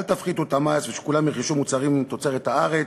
אל תפחיתו את המס ושכולם ירכשו מוצרים מתוצרת הארץ,